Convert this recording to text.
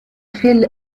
phil